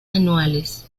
anuales